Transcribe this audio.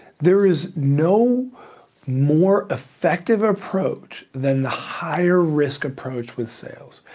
there is no more effective approach than the higher risk approach with sales.